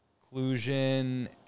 exclusion